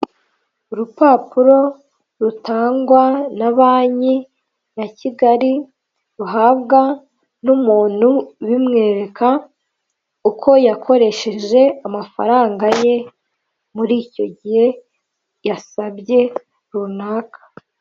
Urupapuro rutangwa na banki ya Kigali ruhabwa n'umuntu bimwereka uko yakoresheje amafaranga ye muri icyo gihe yasabye runaka.